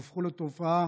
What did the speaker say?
והפכו לתופעה